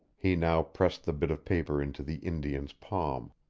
he now pressed the bit of paper into the indian's palm.